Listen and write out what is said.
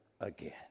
again